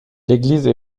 l’église